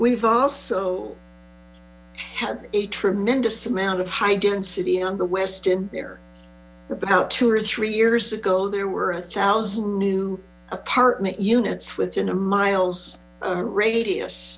we've also have a tremendous amount of high density on the western how now two or three years ago there were a thousand new apartment units within two miles radius